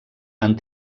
han